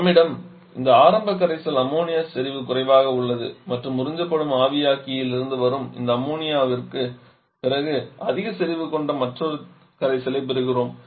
நம்மிடம் இருந்த ஆரம்ப கரைசல் அம்மோனியா செறிவு குறைவாக உள்ளது மற்றும் உறிஞ்சப்படும் ஆவியாக்கியிலிருந்து வரும் இந்த அம்மோனியாவுக்குப் பிறகு அதிக செறிவு கொண்ட மற்றொரு கரைசலை பெறுகிறோம்